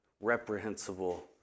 reprehensible